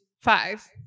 Five